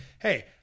Hey